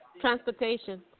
Transportation